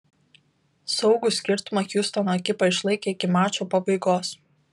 saugų skirtumą hjustono ekipa išlaikė iki mačo pabaigos